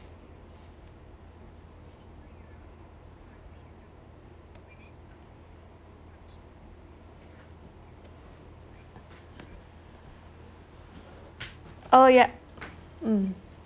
oh yup mm